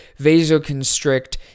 vasoconstrict